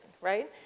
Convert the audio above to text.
right